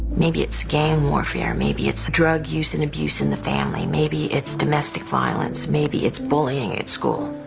maybe it's gang warfare. maybe it's drug use and abuse in the family. maybe it's domestic violence. maybe it's bullying at school.